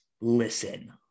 listen